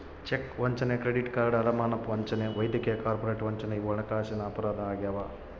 check ವಂಚನೆ credit card ಅಡಮಾನ ವಂಚನೆ ವೈದ್ಯಕೀಯ ಕಾರ್ಪೊರೇಟ್ ವಂಚನೆ ಇವು ಹಣಕಾಸಿನ ಅಪರಾಧ ಆಗ್ಯಾವ